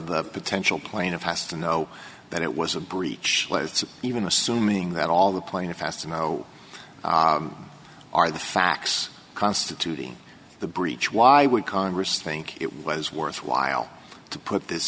the potential plaintiff has to know that it was a breach even assuming that all the plaintiff has to know are the facts constituting the breach why would congress think it was worthwhile to put this